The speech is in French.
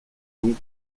donc